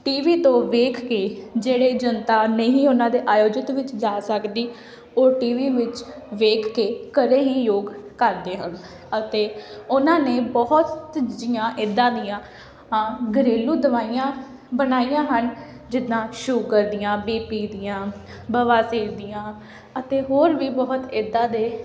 T V ਤੋਂ ਵੇਖ ਕੇ ਜਿਹੜੀ ਜਨਤਾ ਨਹੀਂ ਉਹਨਾਂ ਦੇ ਆਯੋਜਿਤ ਵਿੱਚ ਜਾ ਸਕਦੀ ਉਹ ਟੀ ਵੀ ਵਿੱਚ ਵੇਖ ਕੇ ਘਰੇ ਹੀ ਯੋਗ ਕਰਦੇ ਹਨ ਅਤੇ ਉਹਨਾਂ ਨੇ ਬਹੁਤ ਜੀਆਂ ਇੱਦਾਂ ਦੀਆਂ ਆਮ ਘਰੇਲੂ ਦਵਾਈਆਂ ਬਣਾਈਆਂ ਹਨ ਜਿੱਦਾਂ ਸ਼ੂਗਰ ਦੀਆਂ ਬੀ ਪੀ ਦੀਆਂ ਬਵਾਸੀਰ ਦੀਆਂ ਅਤੇ ਹੋਰ ਵੀ ਬਹੁਤ ਇੱਦਾਂ ਦੇ